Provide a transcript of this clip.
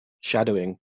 shadowing